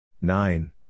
Nine